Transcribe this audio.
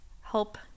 help